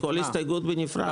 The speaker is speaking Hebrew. כל הסתייגות בנפרד.